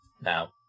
now